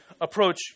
approach